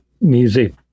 music